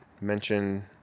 mention